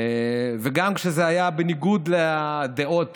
וגם כשזה היה בניגוד לדעות